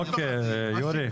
אוקיי, יורי.